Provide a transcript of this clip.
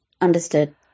understood